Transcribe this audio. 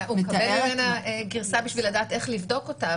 הוא מקבל ממנה גרסה בשביל לדעת איך לבדוק אותה.